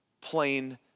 plain